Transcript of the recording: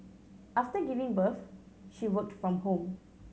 after giving birth she worked from home